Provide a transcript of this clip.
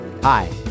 Hi